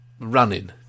running